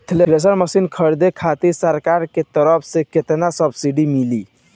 Thresher machine खरीदे खातिर सरकार के तरफ से केतना सब्सीडी मिली?